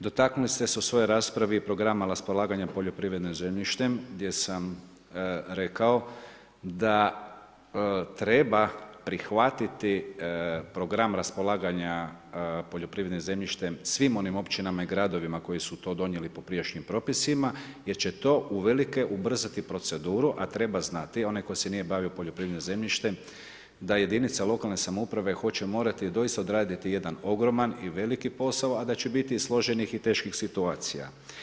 Dotaknuli ste se u svojoj raspravi programa raspolaganje poljoprivrednim zemljištem, gdje sam rekao, da treba, prihvatiti program raspolaganja poljoprivrednim zemljištem, svim onim općinama i gradovima, koji su to donijeli po prijašnjim propisima, jer će to uvelike ubrzati proceduru, a treba znati, onaj tko se nije bavio poljoprivrednim zemljištem, da jedinice lokalne samouprave hoće morati doista odraditi jedan ogroman i veliki posao, a da će biti i složenih i teških situacija.